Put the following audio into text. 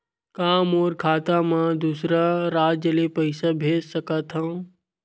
का मोर खाता म दूसरा राज्य ले पईसा भेज सकथव?